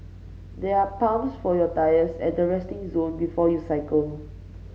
there are pumps for your tyres at the resting zone before you cycle